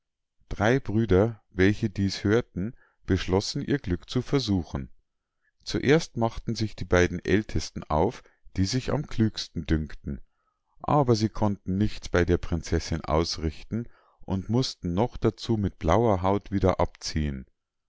drei brüder welche dies hörten beschlossen ihr glück zu versuchen zuerst machten sich die beiden ältesten auf die sich am klügsten dünkten aber sie konnten nichts bei der prinzessinn ausrichten und mußten noch dazu mit blauer haut wieder abziehen